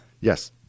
Yes